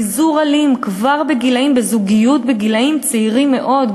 חיזור אלים כבר בזוגיות בגילים צעירים מאוד,